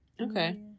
Okay